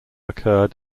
occurred